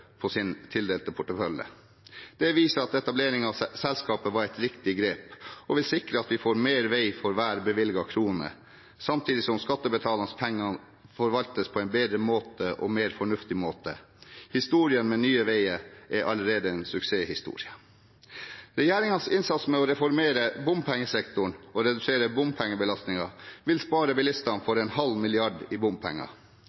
på sin portefølje. Dette viser at etableringen av selskapet var et riktig grep, og vil sikre at vi får mer vei for hver bevilget krone, samtidig som skattebetalernes penger forvaltes på en bedre og mer fornuftig måte. Historien om Nye Veier er allerede en suksesshistorie.